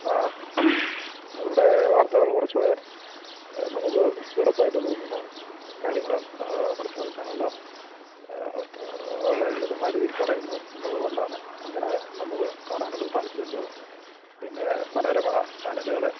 അവരുടെ വാർത്തകൾ കുറച്ചു കൂടെ നമുക്ക് സ്പീഡപ്പ് ആയിട്ട് തോന്നുന്നു കാര്യങ്ങൾ മനസ്സിലാക്കാനുള്ള വളരെ ലളിതമായ രീതിയിൽ പറയുന്നു എന്നത് കൊണ്ടാണ് അങ്ങനെ നമുക്ക് കാണാനുള്ള ഒരു താല്പര്യം തോന്നുന്നു പിന്നെ മനോരമ ചാനലുകൾ